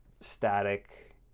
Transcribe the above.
static